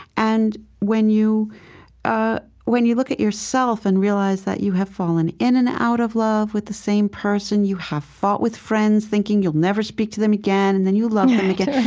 and when you ah when you look at yourself and realize that you have fallen in and out of love with the same person, you have fought with friends thinking you'll never speak to them again, and then you love them again, yeah, right,